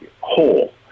whole